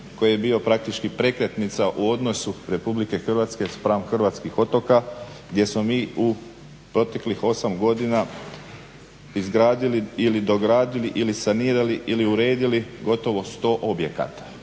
koji je bio praktički prekretnica u odnosu RH spram hrvatskih otoka gdje smo mi u proteklih 8 godina izgradili ili dogradili ili sanirali ili uredili gotovo 100 objekata.